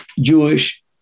Jewish